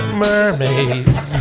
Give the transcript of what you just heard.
mermaids